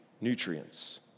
nutrients